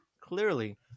Clearly